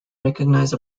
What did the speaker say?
recognize